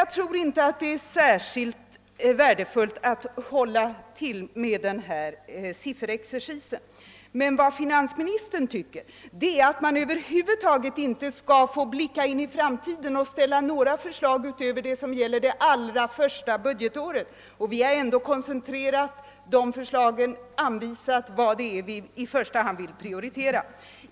Jag tror inte att det är särskilt värdefullt att hålla på med denna sifferexercis. Finansministern tycker emellertid att man över huvud taget inte skall blicka in i framtiden och ställa några förslag utöver vad som avser det allra första budgetåret, men vi har ändock talat om vad vi i första hand vill prioritera.